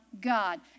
God